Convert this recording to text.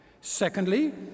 Secondly